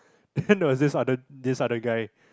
then there was this other this other guy